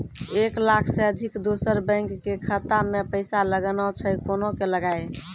एक लाख से अधिक दोसर बैंक के खाता मे पैसा लगाना छै कोना के लगाए?